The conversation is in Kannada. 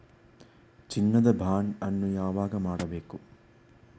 ಚಿನ್ನ ದ ಬಾಂಡ್ ಅನ್ನು ಯಾವಾಗ ಮಾಡಬೇಕು?